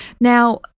Now